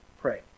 pray